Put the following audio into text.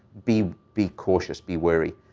be be cautious. be wary.